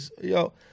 yo